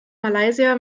malaysia